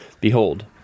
Behold